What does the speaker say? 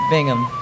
Bingham